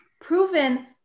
proven